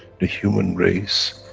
the human race,